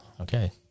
Okay